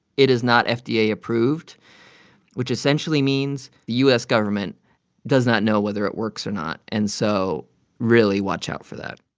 it is not fda-approved, which essentially means the u s. government does not know whether it works or not. and so really watch out for that